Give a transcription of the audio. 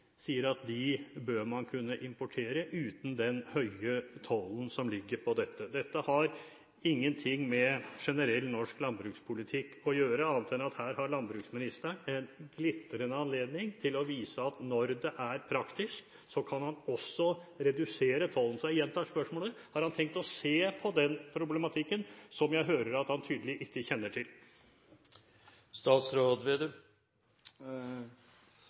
sier at man bør kunne importere, uten den høye tollen som ligger på dette. Dette har ingenting med generell norsk landbrukspolitikk å gjøre, annet enn at her har landbruksministeren en glitrende anledning til å vise at når det er praktisk, kan han også redusere tollen. Jeg gjentar spørsmålet: Har han tenkt å se på den problematikken, som jeg hører at han tydeligvis ikke kjenner til?